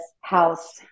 house